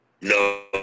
No